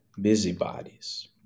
busybodies